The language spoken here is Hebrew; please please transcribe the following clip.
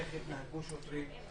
איך התנהגו שוטרים,